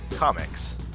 comics